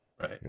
right